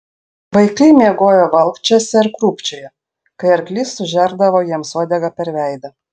vaikai miegojo valkčiuose ir krūpčiojo kai arklys sužerdavo jiems uodega per veidą